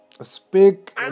Speak